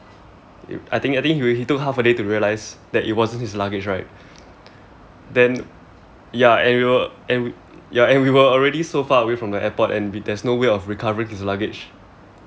I think I think he took half a day to realise that it wasn't his luggage right then ya and we were and we were already so far away from the airport and there was no way of recovering his luggage